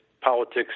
politics